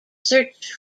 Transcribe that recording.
search